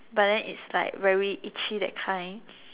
but then it's like very itchy that kind